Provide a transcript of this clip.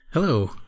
Hello